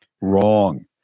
Wrong